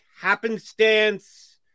Happenstance